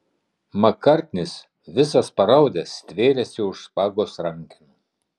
makartnis visas paraudęs stvėrėsi už špagos rankenos